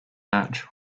match